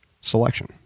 selection